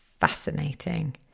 fascinating